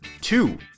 Two